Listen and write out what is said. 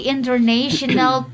International